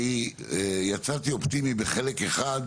אני יצאתי אופטימי בחלק אחד,